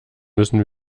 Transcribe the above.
müssen